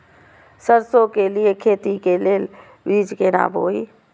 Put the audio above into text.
सरसों के लिए खेती के लेल बीज केना बोई?